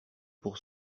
pour